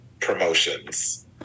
Promotions